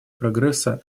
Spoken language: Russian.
прогресса